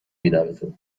بینمتون